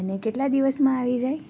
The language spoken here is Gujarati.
અને કેટલા દિવસમાં આવી જાય